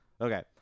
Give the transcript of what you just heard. Okay